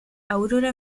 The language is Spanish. aurora